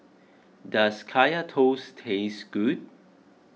does Kaya Toast taste good